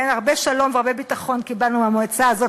הרבה שלום והרבה ביטחון קיבלנו מהמועצה הזאת